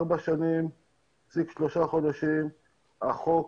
ארבע שנים ושלושה חודשים החוק